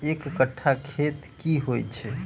एक कट्ठा खेत की होइ छै?